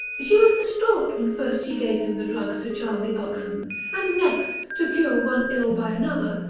she was distraught when first she gave him the drugs to charm the oxen and next, to cure one ill by another,